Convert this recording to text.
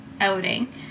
outing